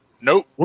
Nope